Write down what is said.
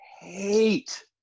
hate